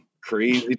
crazy